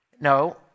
No